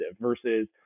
versus